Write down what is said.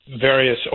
various